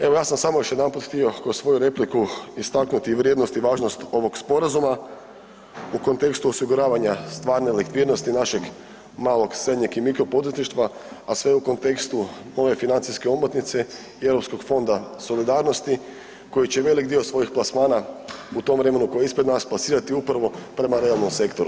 Evo ja sam samo još jedanput htio kroz svoju repliku istaknuti vrijednost i važnost ovog sporazuma u kontekstu osiguravanja stvarne likvidnosti našeg malog, srednjeg i mikro poduzetništva, a sve u kontekstu ove financijske omotnice i Europskog fonda solidarnosti koji će velik dio svojih plasmana u tom vremenu koji je ispred nas plasirati upravo prema realnom sektoru.